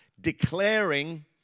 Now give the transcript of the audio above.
declaring